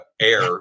Air